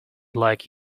like